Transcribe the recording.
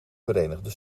verenigde